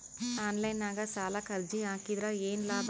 Online ನಾಗ್ ಸಾಲಕ್ ಅರ್ಜಿ ಹಾಕದ್ರ ಏನು ಲಾಭ?